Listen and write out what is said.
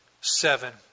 Seven